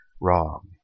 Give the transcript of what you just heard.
wrong